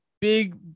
big